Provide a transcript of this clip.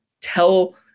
tell